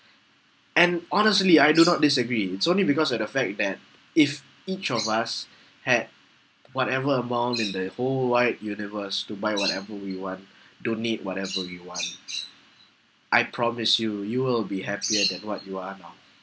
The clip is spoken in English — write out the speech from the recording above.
and honestly I do not disagree it's only because of the fact that if each of us had whatever amount in the whole wide universe to buy whatever we want donate whatever we want I promise you you will be happier than what you are now